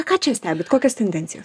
ką čia stebit kokias tendencijas